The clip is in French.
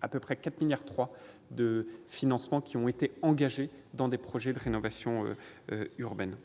à peu près 4,3 milliards d'euros ont été engagés dans des projets de rénovation urbaine.